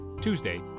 Tuesday